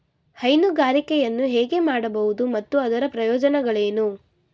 ಹೈನುಗಾರಿಕೆಯನ್ನು ಹೇಗೆ ಮಾಡಬಹುದು ಮತ್ತು ಅದರ ಪ್ರಯೋಜನಗಳೇನು?